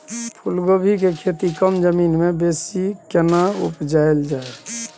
फूलकोबी के खेती कम जमीन मे बेसी केना उपजायल जाय?